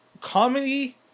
comedy